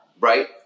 right